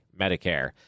Medicare